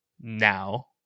Now